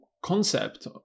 concept